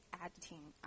editing